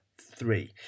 three